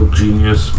genius